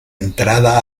entrada